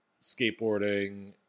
skateboarding